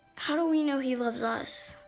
how do we know he loves us?